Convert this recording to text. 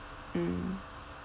mm